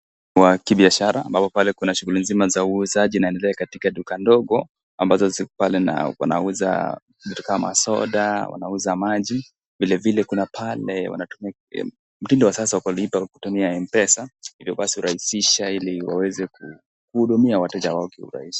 ...Wa kibiashara ambapo pale kuna shughuli nzima za uuzaji zinaendelea katika duka dogo. Wanauza vitu kama soda, wanauza maji. Vilevile kuna pale wanatumia mtindo wa sasa wa kulipa kutumia M-Pesa hivyo basi kurahisisha ili waweze kuhudumia wateja...